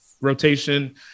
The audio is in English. rotation